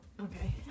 Okay